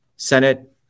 Senate